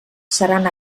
seran